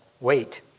wait